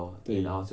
对